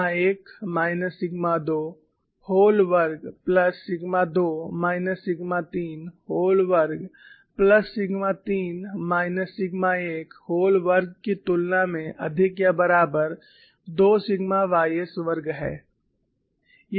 sigma 1 minus sigma 2 whole वर्ग plus sigma 2 minus sigma 3 whole वर्ग plus sigma 3 minus sigma 1 whole वर्ग की तुलना में अधिक या बराबर 2 सिग्मा ys वर्ग है